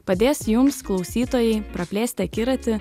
padės jums klausytojai praplėsti akiratį